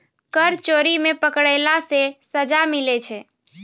कर चोरी मे पकड़ैला से सजा मिलै छै